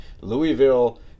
Louisville